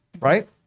Right